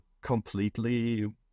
completely